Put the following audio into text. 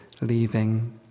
leaving